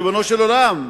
ריבונו של עולם,